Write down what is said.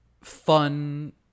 fun